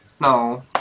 No